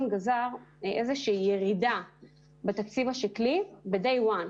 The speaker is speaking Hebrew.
גזר איזושהי ירידה בתקציב השקלי ב-day one,